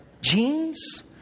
genes